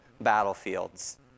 battlefields